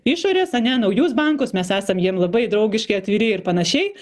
išorės ane naujus bankus mes esam jiem labai draugiški atviri ir panašiai